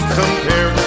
compare